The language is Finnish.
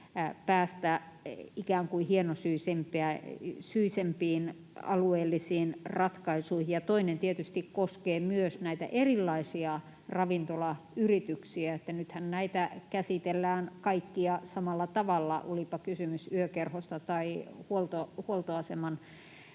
kuin hienosyisempiin alueellisiin ratkaisuihin. Ja toinen tietysti koskee myös näitä erilaisia ravintolayrityksiä. Nythän näitä käsitellään kaikkia samalla tavalla, olipa kysymys yökerhosta tai huoltoaseman